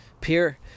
peer